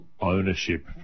ownership